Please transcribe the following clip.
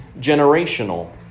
generational